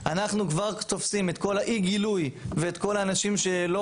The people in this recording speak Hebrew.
אנחנו כבר תופסים את כל אי הגילוי ואת כל האנשים שלא